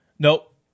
Nope